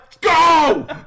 Go